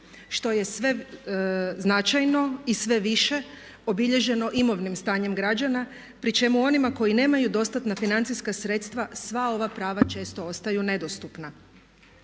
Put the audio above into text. što je sve značajno i sve više obilježeno imovnim stanjem građana pri čemu onima koji nemaju dostatna financijska sredstva sva ova prava često ostaju nedostupna.